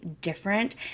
different